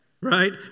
right